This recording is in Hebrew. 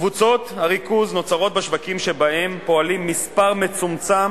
קבוצות הריכוז נוצרות בשווקים שבהם פועלים מספר מצומצם